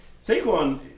Saquon